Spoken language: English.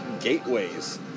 gateways